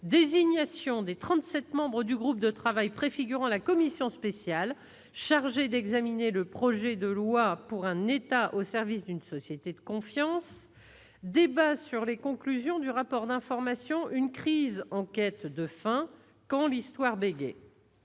Désignation des trente-sept membres du groupe de travail préfigurant la commission spéciale chargée d'examiner le projet de loi pour un État au service d'une société de confiance. Débat sur les conclusions du rapport d'information À seize heures trente : débat